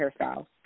hairstyles